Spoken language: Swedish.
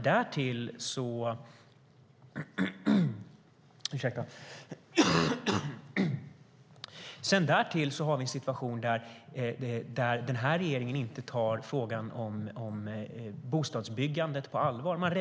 Därtill har vi en situation där regeringen inte tar frågan om bostadsbyggandet på allvar.